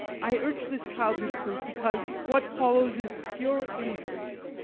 i urge this childhood proof, because what follows is pure innocence.